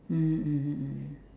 mmhmm mmhmm mmhmm